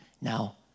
now